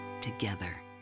together